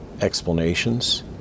explanations